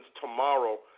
tomorrow